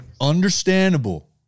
Understandable